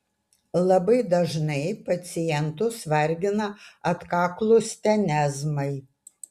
labai dažnai pacientus vargina atkaklūs tenezmai